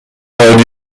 بینالمللی